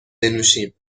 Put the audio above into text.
بنوشیم